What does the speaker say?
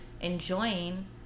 enjoying